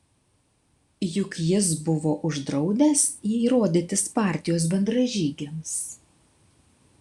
juk jis buvo uždraudęs jai rodytis partijos bendražygiams